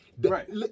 Right